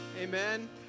Amen